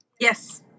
Yes